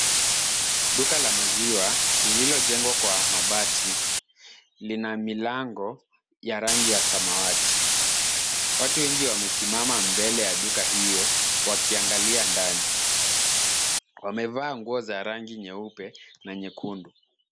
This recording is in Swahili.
Duka la maziwa, lililojengwa kwa mabati, lina milango ya rangi ya samawati. Watu wengi wamesimama mbele ya duka hiyo wakiangalia ndani. Wamevaa nguo za rangi nyeupe na nyekundu.